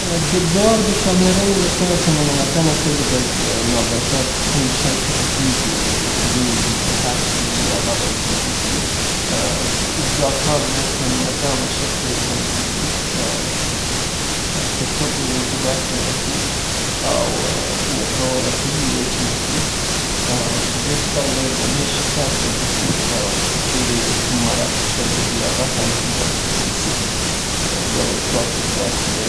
د رنګ سوي یا داغ سوي فرش د پاکولو لپاره تاسې کولای سئ په مربوطه ځاي کې مایع او د اوبو محلول او یا هم صابون هلته په هغه ځای د اوبو سره ګډ کئ او وایې چوئ او وروسته د هغه نه د یو ټوکر په واسطه باندې پاک کئ او وچ یې کئ، دا کار څو ځله تکرار کئ؛ ترڅو په مکمل شکل پاک.